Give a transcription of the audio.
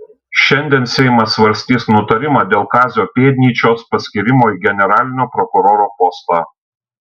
šiandien seimas svarstys nutarimą dėl kazio pėdnyčios paskyrimo į generalinio prokuroro postą